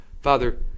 Father